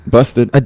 Busted